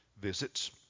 visits